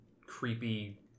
creepy